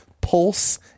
PULSE